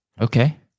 Okay